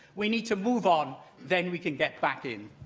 we need to move on, then we can get back in.